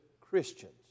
Christians